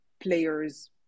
players